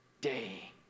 day